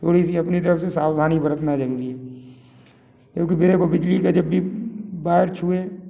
थोड़ी सी अपनी तरफ से सावधानी बरतना ज़रूरी है क्योंकि बिजली का जब भी वायर छूएँ